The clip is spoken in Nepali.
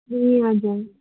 ए हजुर